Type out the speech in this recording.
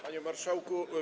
Panie Marszałku!